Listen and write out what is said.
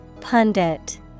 Pundit